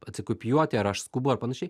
atsikopijuoti ar aš skubu ar panašiai